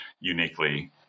uniquely